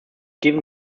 given